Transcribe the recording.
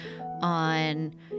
on